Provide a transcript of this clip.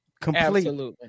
Complete